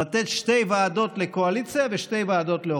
לתת שתי ועדות לקואליציה ושתי ועדות לאופוזיציה.